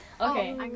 Okay